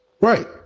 Right